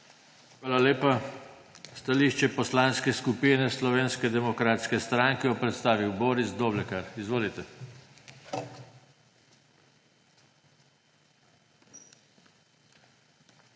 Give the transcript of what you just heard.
Hvala lepa. Stališče Poslanske skupine Slovenske demokratske stranke bo predstavil Boris Doblekar. Izvolite. BORIS